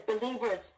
believers